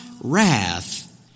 wrath